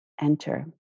enter